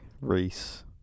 Reese